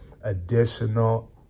additional